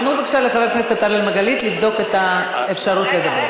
תנו בבקשה לחבר הכנסת אראל מרגלית לבדוק את האפשרות לדבר.